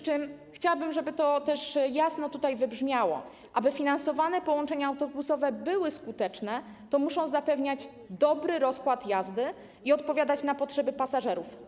Chciałabym, żeby to jasno wybrzmiało, że aby finansowane połączenia autobusowe były skuteczne, to muszą zapewniać dobry rozkład jazdy i odpowiadać na potrzeby pasażerów.